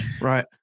right